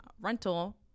rental